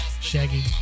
Shaggy